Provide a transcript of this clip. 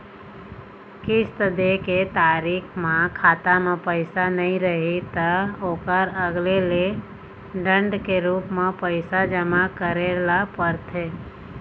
किस्त दे के तारीख म खाता म पइसा नइ रही त ओखर अलगे ले दंड के रूप म पइसा जमा करे ल परथे